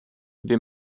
wir